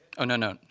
oh, no, no.